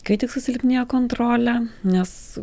kai tik susilpnėja kontrolė nes